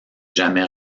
jamais